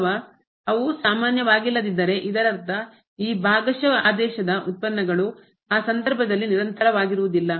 ಅಥವಾ ಅವು ಸಮಾನವಾಗಿಲ್ಲದಿದ್ದರೆ ಇದರರ್ಥ ಈ ಭಾಗಶಃ ಆದೇಶದ ಉತ್ಪನ್ನಗಳು ಆ ಸಂದರ್ಭದಲ್ಲಿ ನಿರಂತರವಾಗಿರುವುದಿಲ್ಲ